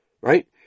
Right